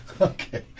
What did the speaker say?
Okay